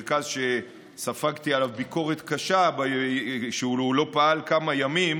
מרכז שספגתי עליו ביקורת קשה כשהוא לא פעל כמה ימים,